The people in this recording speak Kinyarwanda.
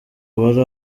bari